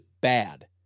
bad